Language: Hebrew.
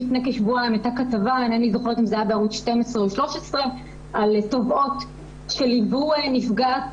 לפני כשבועיים היתה כתבה על תובעות שליוו נפגעת